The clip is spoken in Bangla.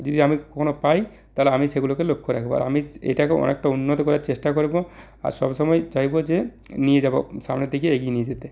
যদি আমি কখনও পাই তালে আমি সেগুলোকে লক্ষ্য রাখবো আর আমি এটাকে অনেকটা উন্নত করার চেষ্টা করবো আর সব সময় চাইবো যে নিয়ে যাবো সামনের দিকে এগিয়ে নিয়ে যেতে